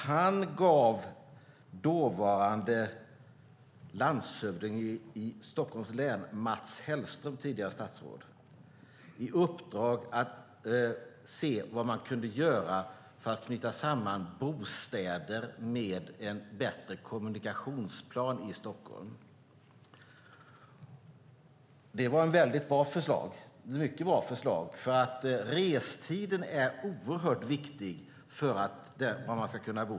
Han gav dåvarande landshövdingen i Stockholms län Mats Hellström, tidigare statsråd, i uppdrag att se vad man kunde göra för att knyta samman bostäder med en bättre kommunikationsplan i Stockholm. Det var ett mycket bra förslag, för restiden är oerhört viktig för var man ska kunna bo.